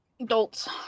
adults